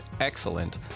excellent